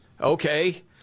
okay